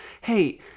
hey